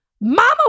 Mama